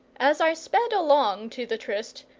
as i sped along to the tryst,